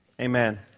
amen